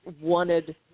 wanted